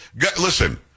Listen